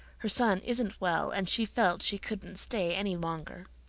her son isn't well and she felt she couldn't stay any longer.